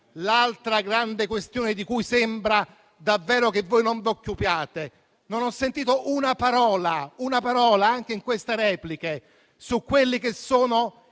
l'altra grande questione di cui sembra davvero che voi non vi occupiate. Non ho sentito una parola, infatti, nemmeno una anche in questa replica, su quelli che sono